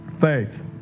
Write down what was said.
faith